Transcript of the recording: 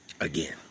again